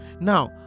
now